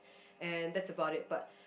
and that's about it but